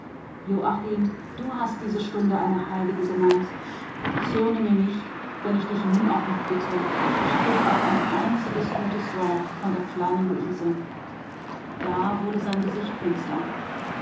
joachim du hast diese stunde eine heilige genannt zürne mir nicht wenn ich dich nun noch bitte sprich auch ein einziges gutes wort von der kleinen luise da wurde sein gesicht finster